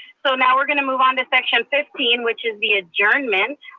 so now we're going to move on to section fifteen, which is the adjournment.